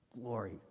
glory